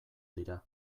dira